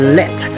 let